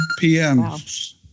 PMs